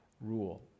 rule